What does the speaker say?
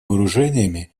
вооружениями